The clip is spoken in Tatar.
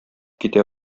китә